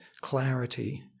clarity